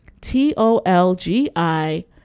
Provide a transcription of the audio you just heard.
T-O-L-G-I